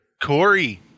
Corey